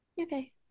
okay